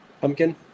Pumpkin